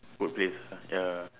workplace ah ya